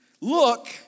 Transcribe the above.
look